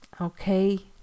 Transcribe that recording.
okay